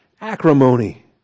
acrimony